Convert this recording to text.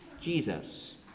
Jesus